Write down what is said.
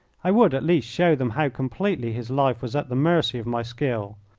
i would, at least, show them how completely his life was at the mercy of my skill.